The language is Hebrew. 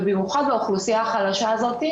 ובמיוחד באוכלוסייה החלשה הזאת,